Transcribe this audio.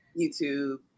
YouTube